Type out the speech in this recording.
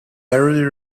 parody